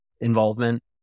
involvement